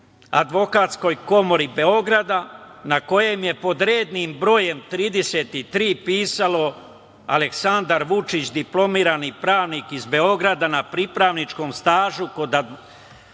Advokatskoj komori Beograda na kojem je pod rednim brojem 33. pisalo Aleksandar Vučić diplomirani pravnik iz Beograda na pripravničkom stažu kod advokata Vladimira